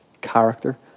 character